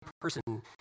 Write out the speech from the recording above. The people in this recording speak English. person